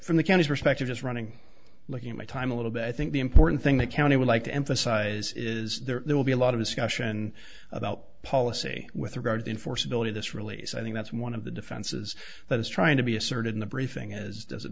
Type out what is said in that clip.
from the counties perspective just running looking at my time a little bit i think the important thing the county would like to emphasize is there will be a lot of discussion about policy with regard to enforceability this release i think that's one of the defenses that is trying to be asserted in the briefing as does it